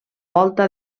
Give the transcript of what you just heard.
volta